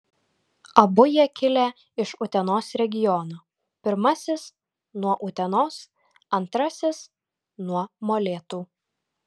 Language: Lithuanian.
abu jie kilę iš utenos regiono pirmasis nuo utenos antrasis nuo molėtų